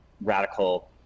radical